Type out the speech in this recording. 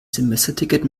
semesterticket